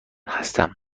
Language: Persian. هستم